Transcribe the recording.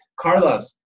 Carlos